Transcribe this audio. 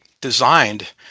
designed